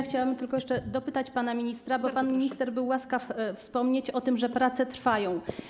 Chciałam tylko dopytać pana ministra, bo pan minister był łaskaw wspomnieć o tym, że prace trwają.